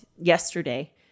yesterday